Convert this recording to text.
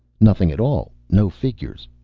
nothing at all. no figures.